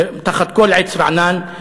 ותחת כל עץ רענן,